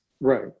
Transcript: Right